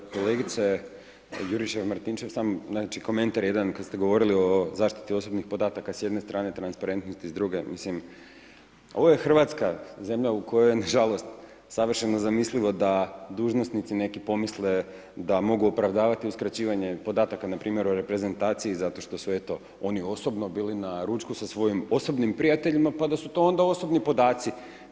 Kolegice Juričev Martinčev, samo komentar jedan, kada ste govorili o zaštiti osobnih podataka, s jedne strane transparentnost, s druge mislim, ovo je Hrvatska zemlja, u kojoj je nažalost, savršeno zamislivo da dužnosnici neki pomisle, da mogu opravdavati i skraćivanje podataka npr. o reprezentaciji, zato što su eto, oni osobno bili na ručku sa svojim osobnim prijateljima, pa da su onda to osobni podaci.